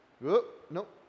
nope